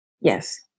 Yes